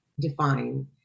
define